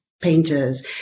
painters